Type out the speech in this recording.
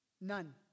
None